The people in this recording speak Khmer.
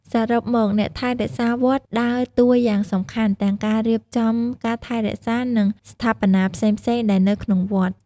សរុបមកអ្នកថែរក្សាវត្តដើរតួយ៉ាងសំខាន់ទាំងការរៀបចំការថែរក្សានិងស្ថាបនាផ្សេងៗដែលនៅក្នុងវត្ត។